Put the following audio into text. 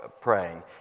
praying